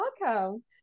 welcome